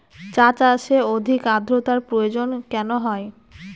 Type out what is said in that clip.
চা চাষে অধিক আদ্রর্তার প্রয়োজন কেন হয়?